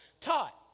taught